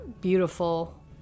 beautiful